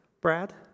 Brad